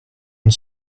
une